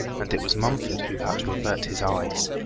and it was mumford who had to avert his eyes.